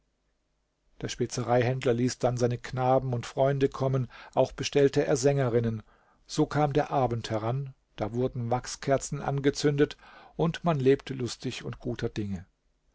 der spezereihändler ließ dann seine knaben und freunde kommen auch bestellte er sängerinnen so kam der abend heran da wurden wachskerzen angezündet und man lebte lustig und guter dinge